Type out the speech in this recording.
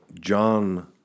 John